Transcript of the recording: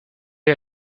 est